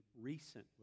recently